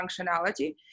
functionality